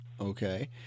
okay